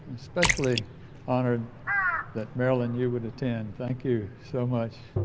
especially honored that marilyn, you would attend. thank you so much.